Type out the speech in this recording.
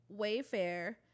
Wayfair